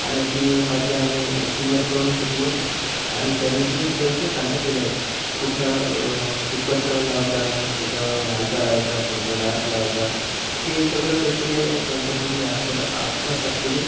आणि ती माझ्या मी सीनियरकडून शिकलो आणि त्यानी जे तंत्र सांगितलेले आहेत कुठं फिकट लावायचा रंग कुठं हलका लावायचा कोणता डार्क लावायचा हे सगळे तंत्रे त्यांच्याकडून मी आस्म आत्मसात केले